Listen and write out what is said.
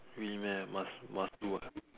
really meh must must do what